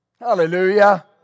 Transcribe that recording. Hallelujah